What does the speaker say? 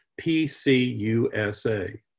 PCUSA